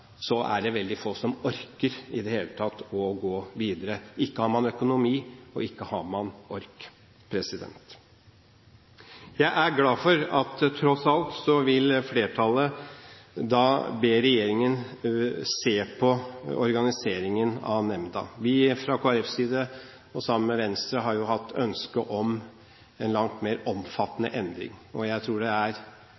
er det veldig få som i det hele tatt orker å gå videre. Ikke har man økonomi, og ikke har man ork. Jeg er glad for at flertallet tross alt vil be regjeringen se på organiseringen av nemnda. Fra Kristelig Folkepartis side har vi sammen med Venstre hatt ønske om en langt mer